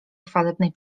chwalebnej